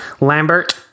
Lambert